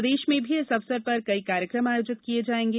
प्रदेश में भी इस अवसर कई कार्यक्रम आयोजित किये जायेंगे